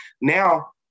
Now